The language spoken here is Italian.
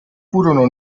furono